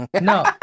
No